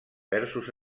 versos